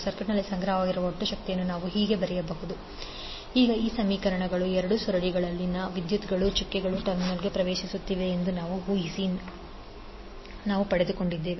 ಸರ್ಕ್ಯೂಟ್ನಲ್ಲಿ ಸಂಗ್ರಹವಾಗಿರುವ ಒಟ್ಟು ಶಕ್ತಿಯನ್ನು ನಾವು ಹೀಗೆ ಬರೆಯಬಹುದು w12L1I12MI1I212L2I22 ಈಗ ಈ ಸಮೀಕರಣವು ಎರಡೂ ಸುರುಳಿಗಳಲ್ಲಿನ ವಿದ್ಯುತ್ಗಳು ಚುಕ್ಕೆಗಳ ಟರ್ಮಿನಲ್ಗೆ ಪ್ರವೇಶಿಸುತ್ತಿವೆ ಎಂದು by ಹಿಸಿ ನಾವು ಪಡೆದುಕೊಂಡಿದ್ದೇವೆ